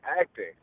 acting